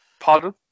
Pardon